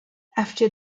after